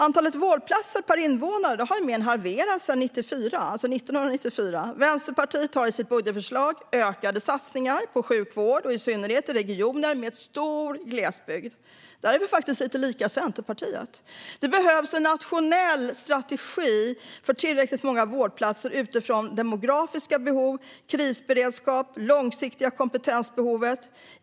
Antalet vårdplatser per invånare har mer än halverats sedan 1994. Vänsterpartiet har i sitt budgetförslag ökade satsningar på sjukvården och i synnerhet i regioner med stor glesbygd. Där är vi faktiskt lite lika Centerpartiet. Det behövs en nationell strategi för tillräckligt många vårdplatser utifrån demografiska behov, krisberedskap och det långsiktiga kompetensbehovet.